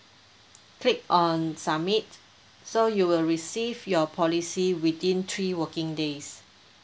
click on submit so you will receive your policy within three working days